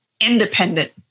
independent